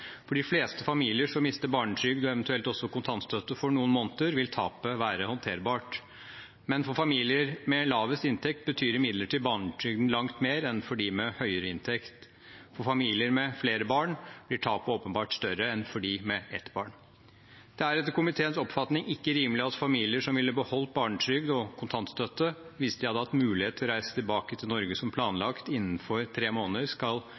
For de fleste familier som mister barnetrygd og eventuelt også kontantstøtte for noen måneder, vil tapet være håndterbart, men for familier med lavest inntekt betyr imidlertid barnetrygden langt mer enn for dem med høyere inntekt. For familier med flere barn blir tapet åpenbart større enn for dem med ett barn. Det er etter komiteens oppfatning ikke rimelig at familier som ville beholdt barnetrygd og kontantstøtte hvis de hadde hatt mulighet til å reise tilbake til Norge som planlagt innenfor tre måneder, skal